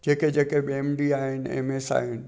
जेके जेके बि एम डी आहिनि एम एस आहिनि